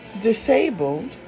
disabled